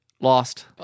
Lost